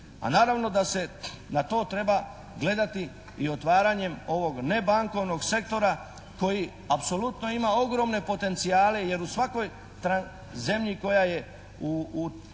a naravno da se na to treba gledati i otvaranjem ovog nebankovnog sektora koji apsolutno ima ogromne potencijale jer u svakoj zemlji koja je u